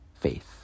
faith